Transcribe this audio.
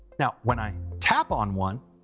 now when i tap on one,